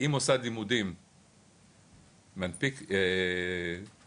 אם מוסד לימודים מנפיק אישור,